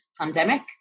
pandemic